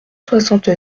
soixante